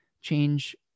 Change